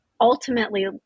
ultimately